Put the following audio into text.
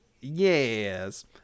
Yes